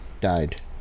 died